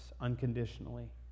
unconditionally